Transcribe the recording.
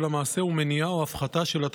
, לקריאה השנייה ולקריאה השלישית.